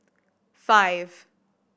five